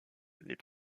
les